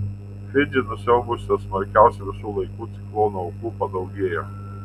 fidžį nusiaubusio smarkiausio visų laikų ciklono aukų padaugėjo